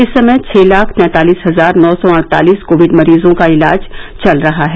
इस समय छह लाख तैंतालिस हजार नौ सौ अड़तालीस कोविड मरीजों का इलाज चल रहा है